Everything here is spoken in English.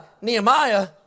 Nehemiah